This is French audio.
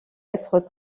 être